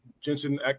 Jensen